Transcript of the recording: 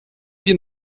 wir